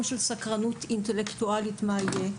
של סקרנות אינטלקטואלית למה שיהיה,